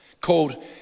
called